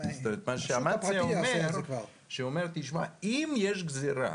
מה שאמציה אומר: אם יש גזירה